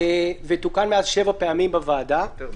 ותוקן מאז שבע פעמים בוועדה.